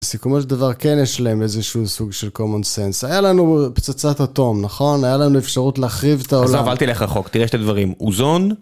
בסיכומו שדבר כן יש להם איזה שהוא סוג של common sense. היה לנו פצצת אטום נכון? היה לנו אפשרות להחריב את העולם. עזוב, אל תלך רחוק, תראה שני דברים: אוזון...